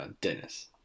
Dennis